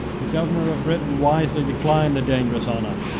the governor of britain wisely declined the dangerous honor,